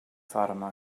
fatima